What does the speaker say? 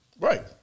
Right